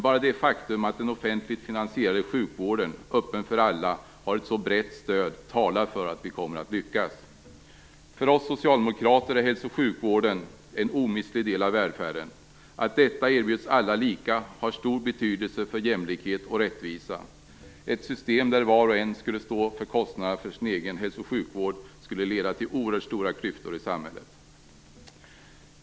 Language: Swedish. Bara det faktum att den offentligt finansierade sjukvården, öppen för alla, har ett så brett stöd talar för att vi kommer att lyckas. För oss socialdemokrater är hälso och sjukvården en omistlig del av välfärden. Att den erbjuds alla på samma sätt har stor betydelse för jämlikhet och rättvisa. Ett system där var och en skulle stå för kostnaden för sin egen hälso och sjukvård skulle leda till oerhört stora klyftor i samhället.